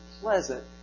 pleasant